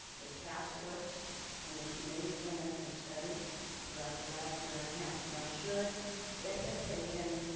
the task force and the committees on ethnic studies throughout the last year and a half now should it have taken